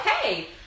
okay